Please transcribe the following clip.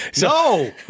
No